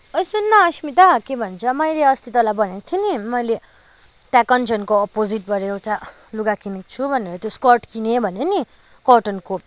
ओए सुन्न अस्मिता के भन्छ मैले अस्ति तँलाई भनेको थिएँ नि मैले प्याकोञ्जोनको ओपोजिटबाट एउटा लुगा किनेको छु भनेर त्यो स्कर्ट किनेँ भने नि कटनको